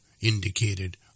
indicated